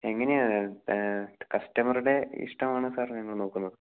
എങ്ങേനെയാണ് കസ്റ്റമറുടെ ഇഷ്ടമാണ് സാർ ഞങ്ങൾ നോക്കുന്നത്